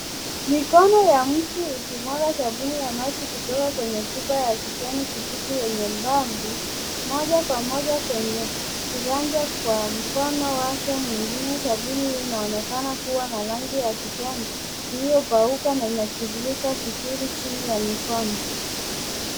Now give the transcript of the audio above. Mikono ya mtu ikimwaga sabuni ya maji kutoka kwenye chupa ya kijani kibichi yenye mbavu moja kwa moja kwenye kiganja cha mkono wake mwingine. Sabuni hii inaonekana kuwa na rangi ya kijaniiliyokauka na inatiririka vizuri chini ya mikono.